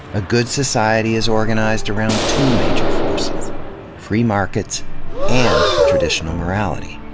a good society is organized around two major forces free markets and traditional morality.